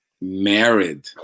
married